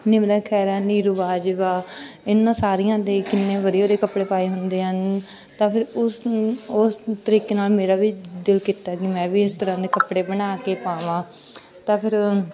ਨਿਮਰਤ ਖੈਰਾ ਨੀਰੂ ਬਾਜਵਾ ਇਹਨਾਂ ਸਾਰੀਆਂ ਦੇ ਕਿੰਨੇ ਵਧੀਆ ਵਧੀਆ ਕੱਪੜੇ ਪਾਏ ਹੁੰਦੇ ਹਨ ਤਾਂ ਫਿਰ ਉਸਨੂੰ ਉਸ ਤਰੀਕੇ ਨਾਲ ਮੇਰਾ ਵੀ ਦਿਲ ਕੀਤਾ ਕਿ ਮੈਂ ਵੀ ਇਸ ਤਰ੍ਹਾਂ ਦੇ ਕੱਪੜੇ ਬਣਾ ਕੇ ਪਾਵਾਂ ਤਾਂ ਫਿਰ